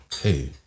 hey